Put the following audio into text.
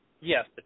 yes